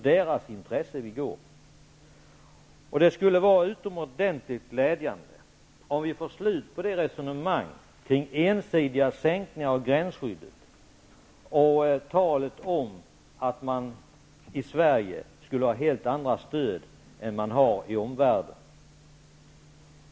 Det skulle vara utomordentligt glädjande att få slut på resonemanget om ensidiga sänkningar av gränsskyddet och att Sverige skall ha helt andra former av stöd än i omvärlden.